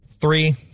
Three